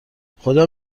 خدا